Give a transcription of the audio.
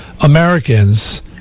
Americans